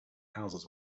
houses